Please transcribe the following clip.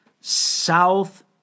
South